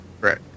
Right